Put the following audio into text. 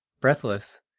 breathless,